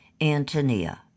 Antonia